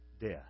death